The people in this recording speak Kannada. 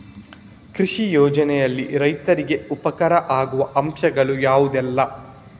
ಕೃಷಿ ಯೋಜನೆಯಲ್ಲಿ ರೈತರಿಗೆ ಉಪಕಾರ ಆಗುವ ಅಂಶಗಳು ಯಾವುದೆಲ್ಲ?